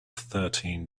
thirteen